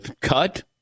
cut